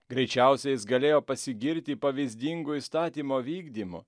greičiausiai jis galėjo pasigirti pavyzdingu įstatymo vykdymu